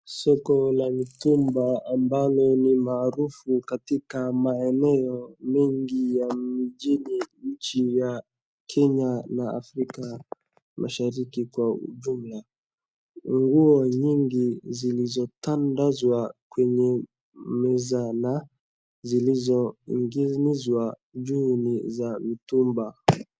Soko la mitumba ambalo ni maarufu katika maeneo mengi ya mijini nchi ya Kenya na Afrika mashariki kwa ujumla, nguo nyingi zilizotandazwa kwenye meza na zilizotengenezwa juu ni za mitumba.